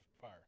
fire